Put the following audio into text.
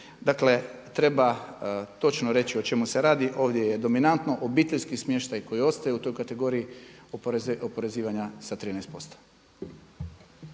Dakle, treba točno reći o čemu se radi, ovdje je dominantno obiteljski smještaj koji ostaje u toj kategoriji oporezivanja sa 13%.